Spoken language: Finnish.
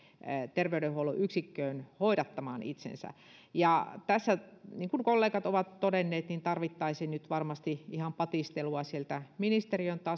terveydenhuollon yksikköön hoidattamaan itsensä tässä niin kuin kollegat ovat todenneet tarvittaisiin nyt varmasti ihan patistelua sieltä ministeriön